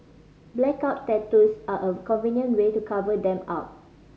blackout tattoos are a convenient way to cover them up